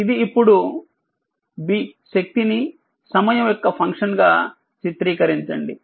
ఇది ఇప్పుడు శక్తిని సమయంయొక్క ఫంక్షన్ గా చిత్రీకరించండి